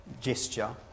gesture